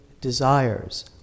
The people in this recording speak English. desires